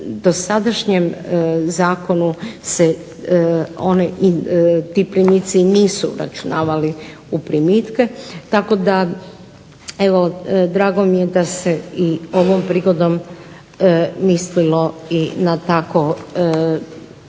do sadašnjem zakonu ti primici se nisu uračunavali u primitke. Tako da evo drago mi je da se i ovom prigodom mislilo i na takvo